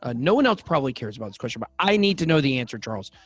ah no one else probably cares about this question, but i need to know the answer, charles.